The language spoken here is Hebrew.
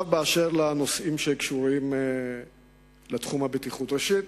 באשר לנושאים שקשורים לתחום הבטיחות, ראשית,